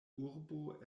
urbo